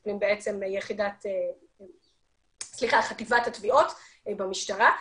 זו חטיבת התביעות במשטרה.